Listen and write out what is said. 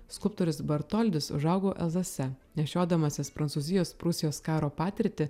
skulptorius bartoldis užaugo elzase nešiodamasis prancūzijos prūsijos karo patirtį